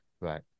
Right